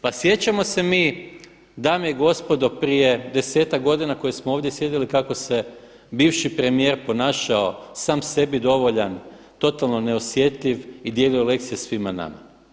Pa sjećamo se mi, dame i gospodo, prije desetak godina koji smo ovdje sjedili kako se bivši premijer ponašao sam sebi dovoljan, totalno neosjetljiv i dijelio lekcije svima nama.